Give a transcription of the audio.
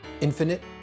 Infinite